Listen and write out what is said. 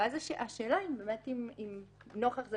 ואז השאלה אם נוכח זה